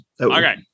Okay